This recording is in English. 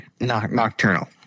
nocturnal